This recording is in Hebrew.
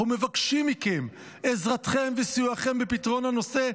אנחנו מבקשים מכם, עזרתכם וסיועכם בפתרון הנושא.